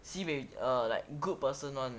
sibeh like good person [one]